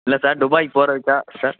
இல்லை sir Dubai போகிறதுக்கா sir